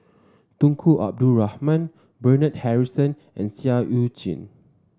Tunku Abdul Rahman Bernard Harrison and Seah Eu Chin